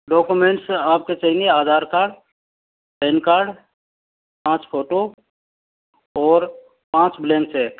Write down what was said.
documents आपको चाहिए Aadhaar card pan card पाँच फोटो और पाँच ब्लैंक चैक